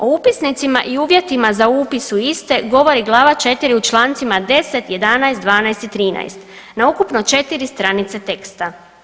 O upisnicima i uvjetima za upis u iste govori Glava IV. u člancima 10., 11., 12. i 13. na ukupno 4 stranice teksta.